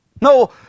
No